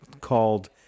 called